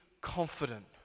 confident